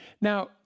Now